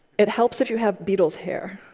it helps if you have beatles hair.